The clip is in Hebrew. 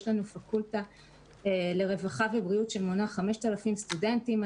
יש פקולטה לרווחה ובריאות שמונה היום 5,000 סטודנטים,